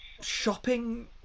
shopping